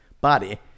body